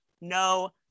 no